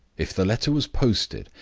if the letter was posted,